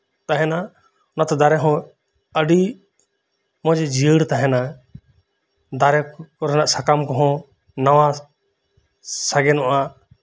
ᱛᱟᱦᱮᱱᱟ ᱚᱱᱟᱛᱮ ᱫᱟᱨᱮᱦᱚᱸ ᱟᱹᱰᱤ ᱢᱚᱡ ᱡᱤᱭᱟᱹᱲ ᱛᱟᱦᱮᱱᱟ ᱫᱟᱨᱮ ᱠᱚᱨᱮᱱᱟᱜ ᱥᱟᱠᱟᱢ ᱠᱚᱦᱚᱸ ᱱᱟᱣᱟ ᱥᱟᱜᱮᱱᱚᱜ ᱟ